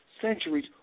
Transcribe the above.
centuries